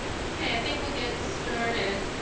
okay, i think we'll get started.